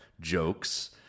jokes